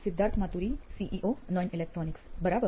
Siddharth Maturi CEO નોઇન electronics બરાબર